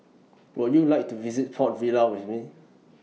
Would YOU like to visit Port Vila with Me